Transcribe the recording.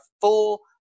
full